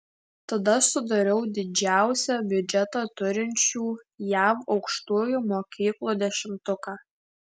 tada sudariau didžiausią biudžetą turinčių jav aukštųjų mokyklų dešimtuką